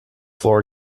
floor